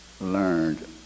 learned